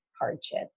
hardship